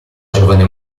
giovane